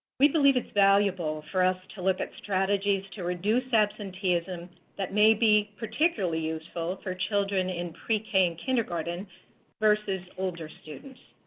we believe it's valuable for us to look at strategies to reduce absenteeism that may be particularly useful for children in pre-k and kindergarten versus older students.